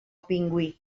pingüí